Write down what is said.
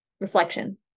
reflection